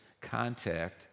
contact